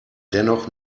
dennoch